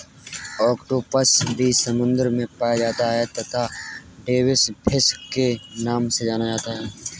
octopus भी समुद्र में पाया जाता है तथा डेविस फिश के नाम से जाना जाता है